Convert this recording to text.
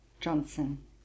johnson